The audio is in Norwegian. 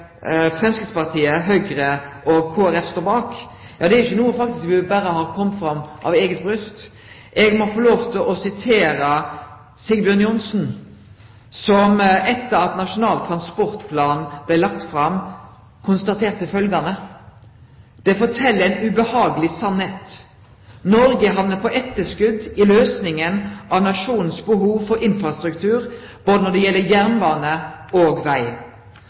Framstegspartiet, Høgre og Kristeleg Folkeparti i dag står bak, er ikkje noko me berre har soge av eige bryst. Eg må få lov til å sitere Sigbjørn Johnsen som etter at Nasjonal transportplan blei lagd fram, konstaterte følgjande: «Den forteller en ubehagelig sannhet. Norge er havnet på etterskudd i løsningen av nasjonens behov for infrastruktur både når det gjelder jernbane og veg.»